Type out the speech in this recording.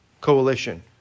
coalition